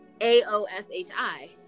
A-O-S-H-I